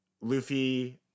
Luffy